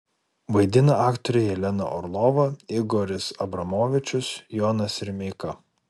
vaidina aktoriai jelena orlova igoris abramovičius jonas rimeika